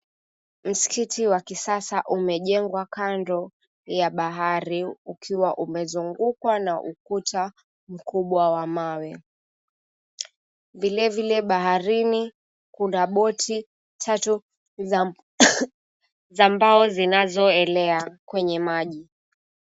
Msikiti wa kisasa umejengwa kando ya bahari, ukiwa umezungukwa na ukuta mkubwa wa mawe. Vile vile baharini kuna boti tatu za mbao zinazoelea kwenye maji.